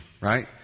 right